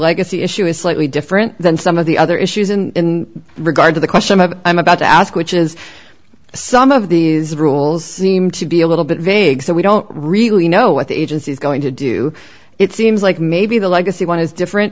legacy issue is slightly different than some of the other issues in regard to the question i'm about to ask which is some of these rules seem to be a little bit vague so we don't really know what the agency is going to do it seems like maybe the legacy one is different